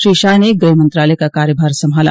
श्री शाह ने गृह मंत्रालय का कार्यभार संभाला